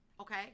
okay